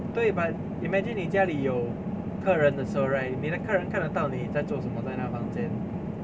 对 but imagine 你家里有客人的时候 right 你的客人看得到你在做什么在那个房间